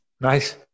nice